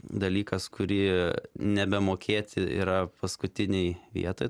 dalykas kurį nebemokėti yra paskutinėj vietoj